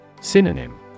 Synonym